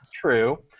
true